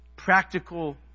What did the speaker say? Practical